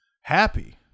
happy